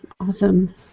Awesome